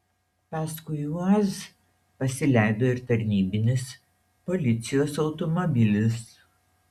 paskui uaz pasileido ir tarnybinis policijos automobilis